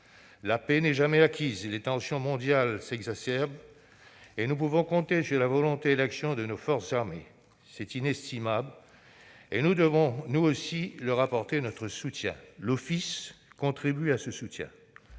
La paix n'est jamais acquise. Les tensions mondiales s'exacerbent et nous pouvons compter sur la volonté et l'action de nos forces armées. C'est inestimable et nous devons, nous aussi, leur apporter notre soutien. L'Office contribue à ce soutien.